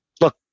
Look